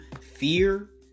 fear